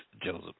Joseph